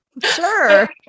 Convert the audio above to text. sure